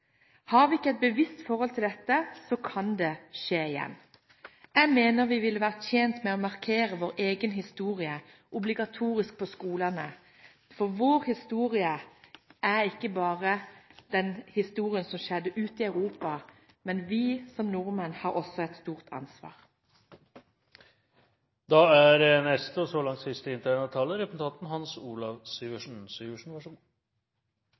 Har vi ikke et bevisst forhold til dette, kan det skje igjen. Jeg mener vi ville vært tjent med å markere vår egen historie – obligatorisk på skolene – for vår historie er ikke bare den historien som skjedde ute i Europa, men vi som nordmenn har også et stort ansvar. Jeg har faktisk lyst til å gi ros til statsråden. Jeg synes både innlegget og svarene i replikkordskiftet viser en statsråd som er